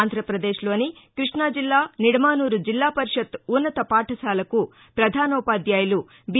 ఆంధ్రప్రదేశ్లోని కృష్ణాజిల్లా నిడమాసూరు జిల్లాపరిషత్తు ఉన్నతపాఠశాలకు ప్రధానోపాధ్యాయులు బీ